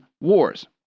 wars